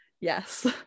yes